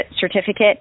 certificate